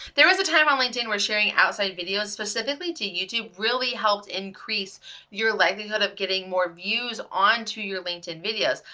there was a time on linkedin where sharing outside videos, specifically to youtube really helped increase your likelihood of getting more views onto your linkedin videos.